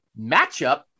matchup